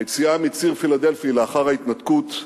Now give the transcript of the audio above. היציאה מציר פילדלפי לאחר ההתנתקות,